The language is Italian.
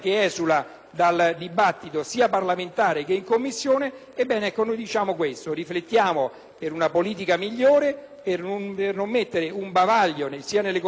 dal dibattito parlamentare e in Commissione. Chiediamo dunque di riflettere per una politica migliore, per non mettere un bavaglio alle Commissioni